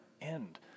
end